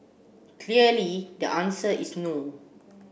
clearly the answer is no